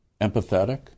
empathetic